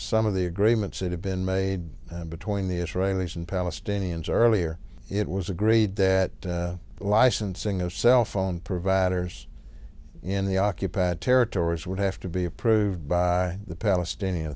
some of the agreements that have been made between the israelis and palestinians earlier it was agreed that licensing of cell phone providers in the occupied territories would have to be approved by the palestinian